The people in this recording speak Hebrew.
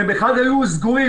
הם היו סגורים,